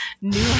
new